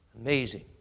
Amazing